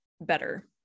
better